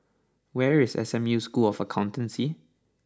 where is S M U School of Accountancy